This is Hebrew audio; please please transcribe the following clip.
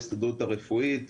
ההסתדרות הרפואית.